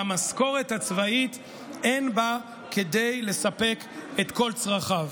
והמשכורת הצבאית אין בה כדי לספק את כל צרכיו.